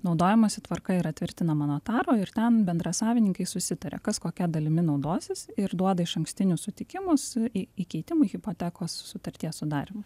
naudojimosi tvarka yra tvirtinama notaro ir ten bendrasavininkai susitaria kas kokia dalimi naudosis ir duoda išankstinius sutikimus į įkeitimą hipotekos sutarties sudarymo